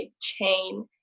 chain